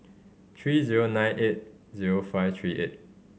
three zero nine eight zero five three eight